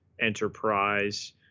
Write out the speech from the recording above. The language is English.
Enterprise